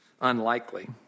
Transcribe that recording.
unlikely